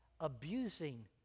abusing